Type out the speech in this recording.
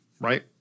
right